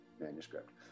manuscript